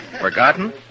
Forgotten